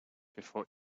before